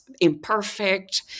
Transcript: imperfect